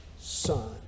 Son